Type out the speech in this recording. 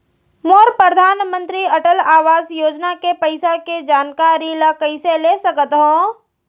मोर परधानमंतरी अटल आवास योजना के पइसा के जानकारी ल कइसे ले सकत हो?